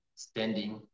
standing